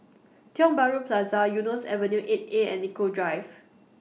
Tiong Bahru Plaza Eunos Avenue eight A and Nicoll Drive